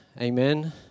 Amen